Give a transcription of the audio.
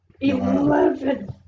Eleven